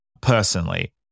personally